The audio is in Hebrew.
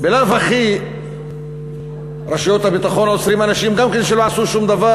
בלאו הכי רשויות הביטחון עוצרות גם אנשים שלא עשו דבר.